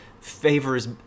favors